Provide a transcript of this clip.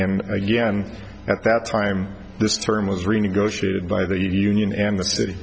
and again at that time this term was renegotiated by the union and the city